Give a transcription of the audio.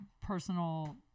personal